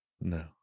No